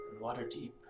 waterdeep